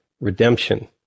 redemption